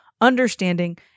understanding